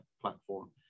platform